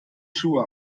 schuhe